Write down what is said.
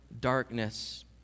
darkness